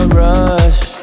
rush